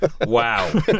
Wow